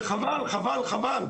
וחבל, חבל, חבל.